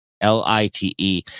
L-I-T-E